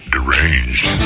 Deranged